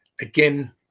again